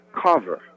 cover